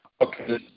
okay